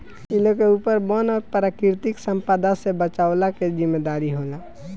इ लोग के ऊपर वन और प्राकृतिक संपदा से बचवला के जिम्मेदारी होला